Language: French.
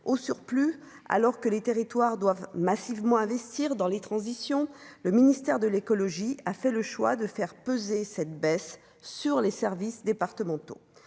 au surplus, alors que les territoires doivent massivement investir dans les transitions, le ministère de l'Écologie a fait le choix de faire peser cette baisse sur les services départementaux